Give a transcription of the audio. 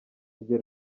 ibyo